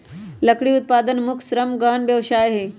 लकड़ी उत्पादन मुख्य श्रम गहन व्यवसाय हइ